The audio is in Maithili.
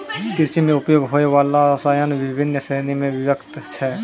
कृषि म उपयोग होय वाला रसायन बिभिन्न श्रेणी म विभक्त छै